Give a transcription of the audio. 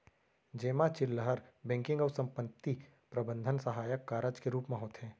जेमा चिल्लहर बेंकिंग अउ संपत्ति प्रबंधन सहायक कारज के रूप म होथे